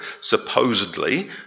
supposedly